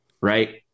right